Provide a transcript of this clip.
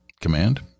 command